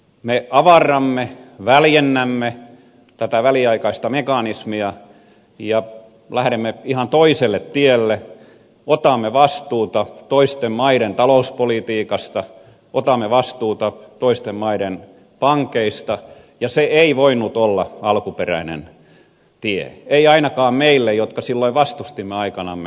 me avarramme väljennämme tätä väliaikaista mekanismia ja lähdemme ihan toiselle tielle otamme vastuuta toisten maiden talouspolitiikasta otamme vastuuta toisten maiden pankeista ja se ei voinut olla alkuperäinen tie ei ainakaan meille jotka silloin vastustimme aikanamme rahaliittoa